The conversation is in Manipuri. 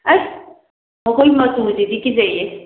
ꯑꯁ ꯃꯈꯣꯏꯒꯤ ꯆꯨꯁꯤꯗꯤ ꯀꯤꯖꯩꯌꯦ